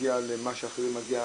להגיע למה שאחר מגיע,